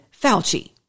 Fauci